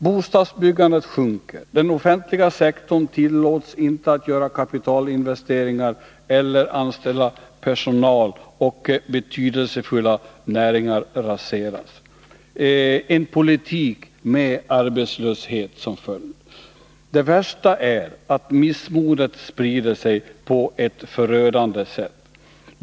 Bostadsbyggandet sjunker, den offentliga sektorn tillåts inte att göra kapitalinvesteringar eller anställa personal, och betydelsefulla näringar raseras — en politik med arbetslöshet som följd. Det värsta är att missmodet sprider sig på ett förödande sätt.